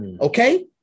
Okay